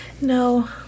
no